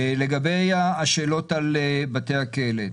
לגבי השאלות על בתי הכלא,